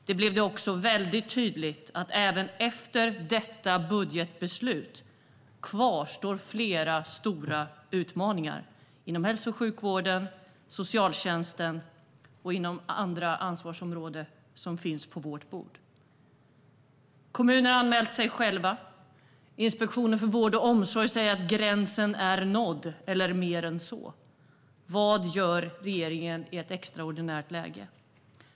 Det blev också väldigt tydligt att även efter detta budgetbeslut kvarstår flera stora utmaningar inom hälso och sjukvården, socialtjänsten och andra ansvarsområden som finns på vårt bord. Kommuner har anmält sig själva. Inspektionen för vård och omsorg säger att gränsen är nådd eller mer än så. Vad gör regeringen i ett extraordinärt läge?